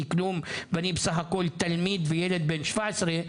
כלום ואני בסך הכול תלמיד וילד בן 17,